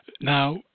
Now